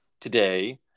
today